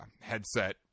headset